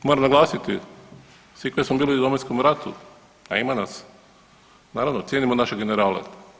Moram naglasiti svi koji smo bili u Domovinskom ratu, a ima nas naravno cijenimo naše generale.